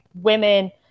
women